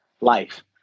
life